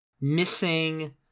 missing